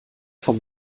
vom